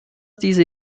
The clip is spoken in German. diese